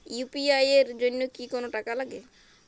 UPI এর জন্য কি কোনো টাকা লাগে?